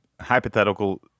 hypothetical